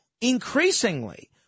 increasingly